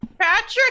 Patrick